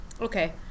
Okay